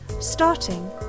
Starting